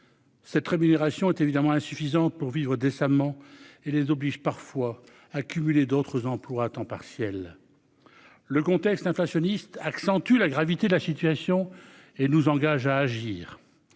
Cette rémunération est évidemment insuffisante pour vivre décemment et les obligent parfois accumuler d'autres emplois à temps partiel. Le contexte inflationniste accentuent la gravité de la situation et nous engage à agir.